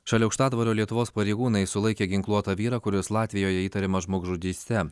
šalia aukštadvario lietuvos pareigūnai sulaikė ginkluotą vyrą kuris latvijoje įtariamas žmogžudyste